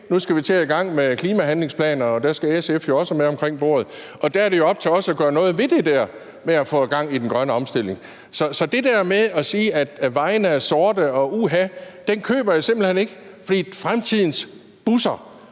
Nu skal vi til at i gang med klimahandlingsplaner, og der skal SF jo også være med omkring bordet. Og der er det jo op til os at gøre noget ved det der med at få gang i den grønne omstilling. Så jeg køber simpelt hen ikke den der med at sige, at uha, vejene er sorte, for fremtidens busser,